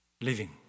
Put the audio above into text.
living